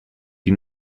die